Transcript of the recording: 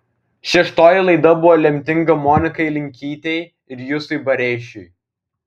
šeštoji laida buvo lemtinga monikai linkytei ir justui bareišiui